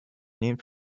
named